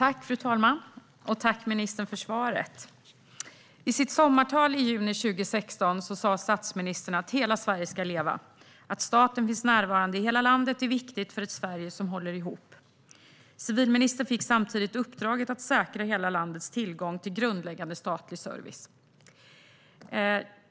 Fru talman! Tack, ministern, för svaret! I sitt sommartal i juni 2016 sa statsministern att hela Sverige ska leva. Att staten finns närvarande i hela landet är viktigt för ett Sverige som håller ihop. Civilministern fick samtidigt uppdraget att säkra hela landets tillgång till grundläggande statlig service.